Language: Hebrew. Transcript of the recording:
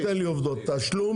אל תיתן לי עובדות, תשלום.